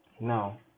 Now